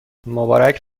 مبارک